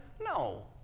No